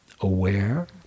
aware